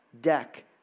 deck